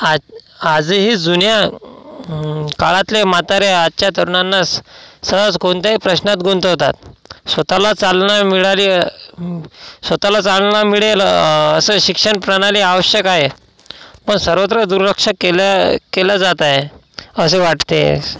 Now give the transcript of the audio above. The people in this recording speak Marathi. आज आजही जुन्या काळातले म्हातारे आजच्या तरुणांना स सहज कोणत्याही प्रश्नात गुंतवतात स्वतःला चालना मिळाली स्वतःला चालना मिळेल अ असं शिक्षणप्रणाली आवश्यक आहे पण सर्वत्र दुर्लक्ष केलं केल्या जात आहे असे वाटते